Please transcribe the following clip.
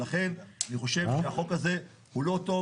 ולכן אני חושב שהחוק הזה הוא לא טוב